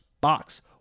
box